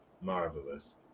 Marvelous